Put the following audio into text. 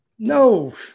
No